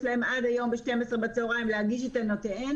יש להן עד היום ב-12 בצהריים להגיש את טענותיהן.